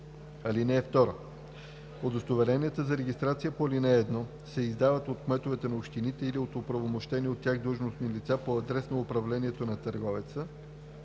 (2) Удостоверенията за регистрация по ал. 1 се издават от кметовете на общините или от оправомощени от тях длъжностни лица по адрес на управлението на търговеца,